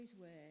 words